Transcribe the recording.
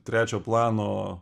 trečio plano